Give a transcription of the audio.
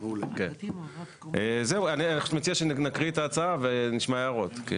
זהו, אני מציע שנקריא את ההצעה ונשמע הערות.